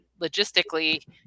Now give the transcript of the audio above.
logistically